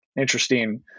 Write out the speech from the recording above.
interesting